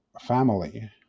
family